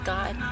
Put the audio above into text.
God